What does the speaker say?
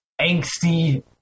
angsty